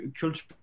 culture